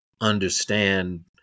understand